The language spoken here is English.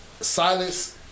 Silence